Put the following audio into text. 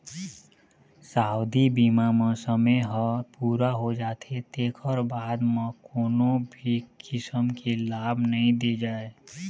सावधि बीमा म समे ह पूरा हो जाथे तेखर बाद म कोनो भी किसम के लाभ नइ दे जाए